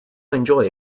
enjoy